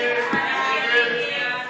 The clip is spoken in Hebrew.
להצביע.